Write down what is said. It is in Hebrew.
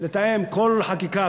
לתאם כל חקיקה,